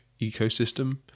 ecosystem